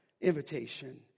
invitation